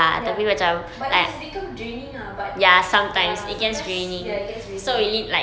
ya but it has become draining ah but ya sometimes ya it gets draining